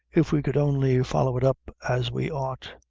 if we could only follow it up as we ought.